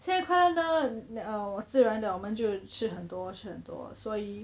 新年快乐呢 uh 我自然的我们就吃很多吃很多所以